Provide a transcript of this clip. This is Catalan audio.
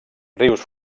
rius